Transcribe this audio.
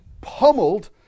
pummeled